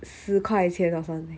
十块钱 or something